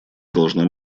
должна